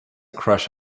crush